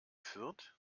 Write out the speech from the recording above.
fürth